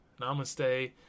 Namaste